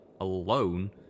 alone